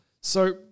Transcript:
so-